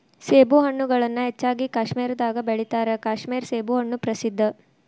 ಸೇಬುಹಣ್ಣುಗಳನ್ನಾ ಹೆಚ್ಚಾಗಿ ಕಾಶ್ಮೇರದಾಗ ಬೆಳಿತಾರ ಕಾಶ್ಮೇರ ಸೇಬುಹಣ್ಣು ಪ್ರಸಿದ್ಧ